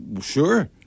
sure